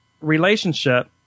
relationship